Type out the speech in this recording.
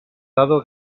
dado